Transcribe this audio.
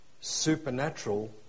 supernatural